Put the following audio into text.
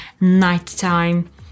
nighttime